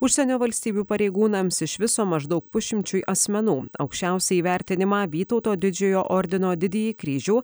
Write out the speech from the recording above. užsienio valstybių pareigūnams iš viso maždaug pusšimčiui asmenų aukščiausią įvertinimą vytauto didžiojo ordino didįjį kryžių